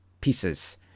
pieces